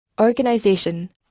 organization